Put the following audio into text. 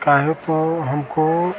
काहे के हमको